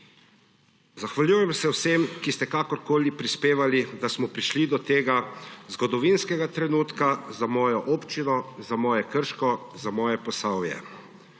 Zahvaljujem se vsem, ki ste kakorkoli prispevali, da smo prišli do tega zgodovinskega trenutka za mojo občino, za moje Krško, za moje Posavje.